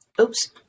oops